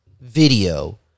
video